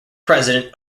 president